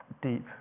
deep